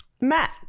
Matt